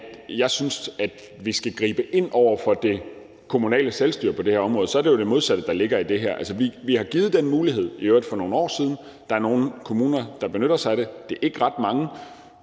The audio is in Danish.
mener, at vi skal gribe ind over for det kommunale selvstyre på det her område, så er det jo det modsatte, der ligger i det her. Vi har givet den mulighed – i øvrigt for nogle år siden – og der er nogle kommuner, der benytter sig af den. Det er ikke ret mange.